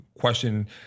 question